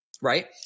Right